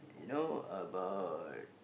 you know about